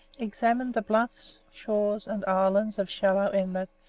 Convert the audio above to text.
examined the bluffs, shores, and islands of shallow inlet,